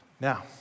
Now